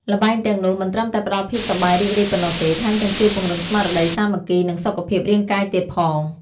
ល្បែងទាំងនោះមិនត្រឹមតែផ្តល់ភាពសប្បាយរីករាយប៉ុណ្ណោះទេ ថែមទាំងជួយពង្រឹងស្មារតីសាមគ្គី និងសុខភាពរាងកាយទៀតផង ។